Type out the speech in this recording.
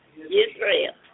Israel